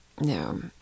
No